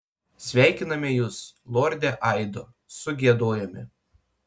sveikiname jus lorde aido sugiedojome